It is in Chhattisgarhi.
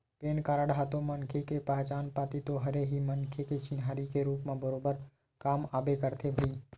पेन कारड ह तो मनखे के पहचान पाती तो हरे ही मनखे के चिन्हारी के रुप म बरोबर काम आबे करथे भई